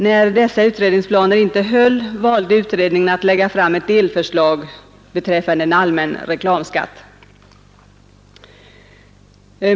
När dessa utredningsplaner inte höll valde utredningen att lägga fram ett delförslag om en allmän reklamskatt.